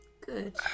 Good